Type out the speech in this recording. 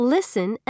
Listen